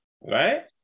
Right